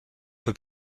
peut